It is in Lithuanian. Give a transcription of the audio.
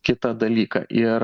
kitą dalyką ir